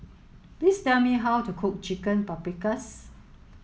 please tell me how to cook Chicken Paprikas